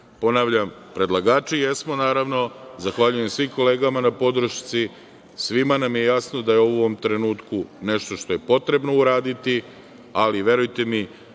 način. Ponavljam predlagači jesmo naravno, zahvaljujem svim kolegama na podršci. Svima nam je jasno da u ovom trenutku nešto što je potrebno uraditi, ali verujte mi